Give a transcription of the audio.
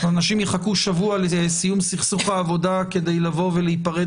אנשים יחכו שבוע לסיום סכסוך העבודה כדי לבוא ולהיפרד